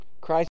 Christ